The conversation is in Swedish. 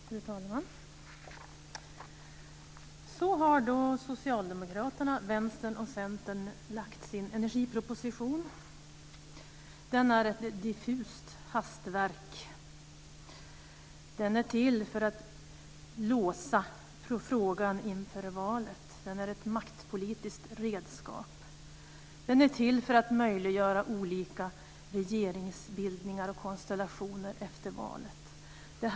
Fru talman! Så har då Socialdemokraterna, Vänstern och Centern lagt fram sin energiproposition. Den är ett diffust hastverk. Den är till för att låsa frågan inför valet. Den är ett maktpolitiskt redskap. Den är till för att möjliggöra olika regeringsbildningar och konstellationer efter valet.